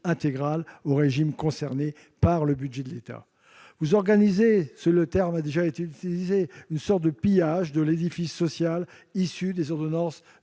intégrale aux régimes concernés par le budget de l'État ». Vous organisez- le terme a déjà été utilisé -une sorte de pillage de l'édifice social issu des ordonnances de